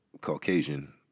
Caucasian